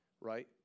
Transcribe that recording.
right